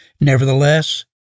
Nevertheless